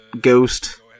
ghost